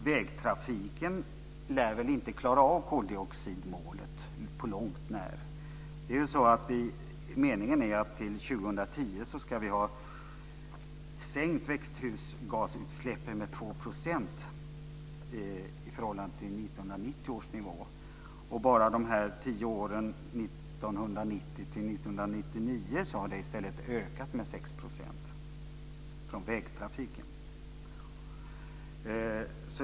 Vägtrafiken lär väl inte klara av koldioxidmålet på långt när. Meningen är att vi till 2010 ska ha sänkt växthusgasutsläppen med 2 % i förhållande till 1990 års nivå. Bara de tio åren 1990-1999 har utsläppen i stället ökat med 6 % från vägtrafiken.